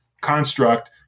construct